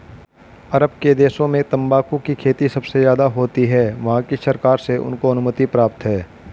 अरब के देशों में तंबाकू की खेती सबसे ज्यादा होती है वहाँ की सरकार से उनको अनुमति प्राप्त है